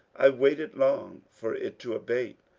i waited long for it to abate,